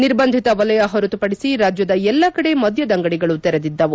ನಿರ್ಬಂಧಿತ ವಲಯ ಹೊರತು ಪಡಿಸಿ ರಾಜ್ಯದ ಎಲ್ಲ ಕಡೆ ಮದ್ಯದಂಗಡಿಗಳು ತೆರೆದಿದ್ದವು